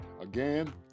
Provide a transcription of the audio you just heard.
Again